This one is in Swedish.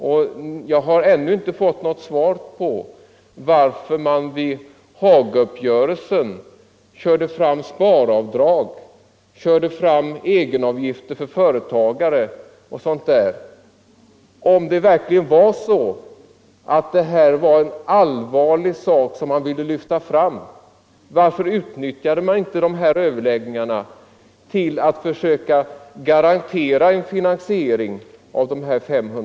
Och jag har ännu inte fått något svar på varför man vid Hagauppgörelsen körde fram sparavdrag, egenavgifter för företagare och sådant, om det verkligen var så att u-hjälpen var en allvarlig sak som man ville Nr 142 lyfta fram. Varför utnyttjade man inte dessa överläggningar till att försöka Torsdagen den